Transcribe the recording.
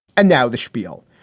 and now the spiel.